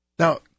Now